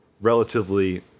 relatively